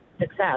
success